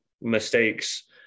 mistakes